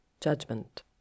judgment